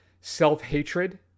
self-hatred